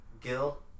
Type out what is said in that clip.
Gil